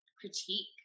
critique